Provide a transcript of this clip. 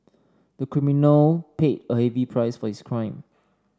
the criminal paid a heavy price for his crime